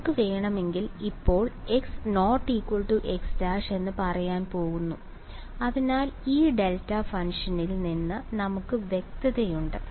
നമുക്ക് വേണമെങ്കിൽ ഇപ്പോൾ x⧧x′ എന്ന് പറയാൻ പോകുന്നു അതിനാൽ ഈ ഡെൽറ്റ ഫംഗ്ഷനിൽ നിന്ന് നമുക്ക് വ്യക്തതയുണ്ട്